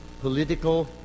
political